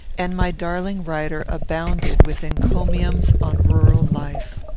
and my darling writer abounded with encomiums on rural life.